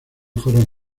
fueron